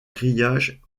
grillage